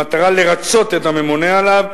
במטרה לרצות את הממונה עליו,